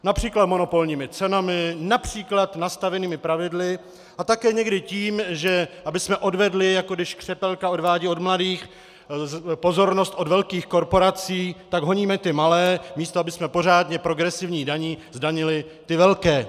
Například monopolními cenami, například nastavenými pravidly a také někdy tím, že abychom odvedli, jako když křepelka odvádí od mladých, pozornost od velkých korporací, tak honíme ty malé, místo abychom pořádně progresivní daní zdanili ty velké.